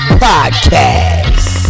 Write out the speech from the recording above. podcast